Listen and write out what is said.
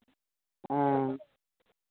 हँ